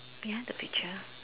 behind the picture